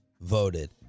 voted